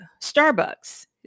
Starbucks